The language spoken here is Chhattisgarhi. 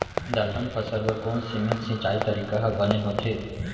दलहन फसल बर कोन सीमित सिंचाई तरीका ह बने होथे?